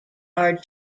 are